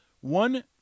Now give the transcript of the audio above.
one